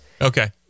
Okay